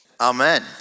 Amen